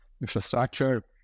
infrastructure